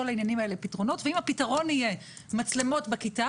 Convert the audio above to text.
לעניינים האלה פתרונות ואם הפתרון יהיה מצלמות בכיתה,